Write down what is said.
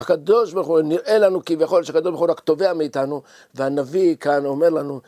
הקדוש ברוך הוא נראה לנו כביכול, שהקדוש ברוך הוא רק תובע מאיתנו, והנביא כאן אומר לנו